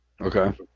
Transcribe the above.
Okay